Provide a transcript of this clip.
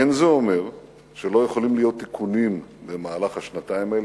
אין זה אומר שלא יכולים להיות תיקונים במהלך השנתיים האלה.